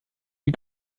die